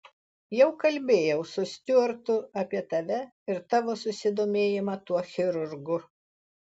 jau kalbėjau su stiuartu apie tave ir tavo susidomėjimą tuo chirurgu